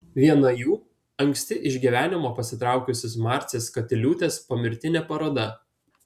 viena jų anksti iš gyvenimo pasitraukusios marcės katiliūtės pomirtinė paroda